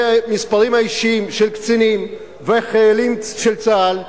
האישיים של קצינים וחיילים של צה"ל,